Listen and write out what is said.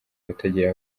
batagira